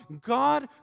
God